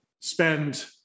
spend